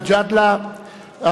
חבר הכנסת מג'אדלה,